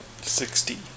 Sixty